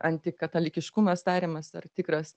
antikatalikiškumas tariamas ar tikras